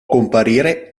comparire